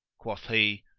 quoth he,